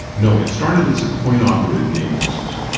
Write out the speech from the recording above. no, it started as a coin-operated game business.